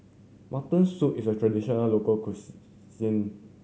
mutton soup is a traditional local